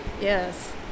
Yes